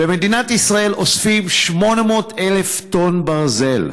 במדינת ישראל אוספים 800,000 טון ברזל,